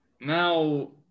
Now